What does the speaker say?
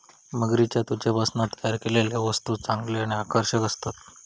मगरीच्या त्वचेपासना तयार केलेले वस्तु चांगले आणि आकर्षक असतत